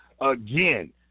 again